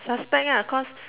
suspect lah cause